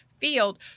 field